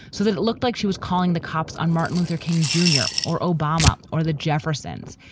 so that it looked like she was calling the cops on martin luther king jr. or obama or the jeffersons.